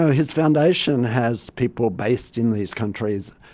his foundation has people based in these countries,